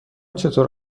چطور